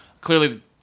Clearly